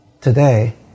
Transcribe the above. today